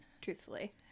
truthfully